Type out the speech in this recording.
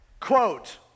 Quote